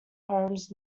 homes